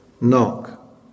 Knock